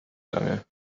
lange